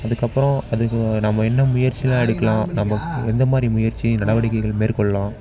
அதுக்கப்பறம் அதுக்கு நம்ம என்ன முயற்சிலாம் எடுக்கலாம் நம்ம எந்தமாதிரி முயற்சி நடவடிக்கைகள் மேற்கொள்ளலாம்